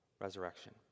resurrection